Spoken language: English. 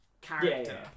character